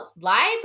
library